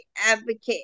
advocate